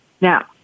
Now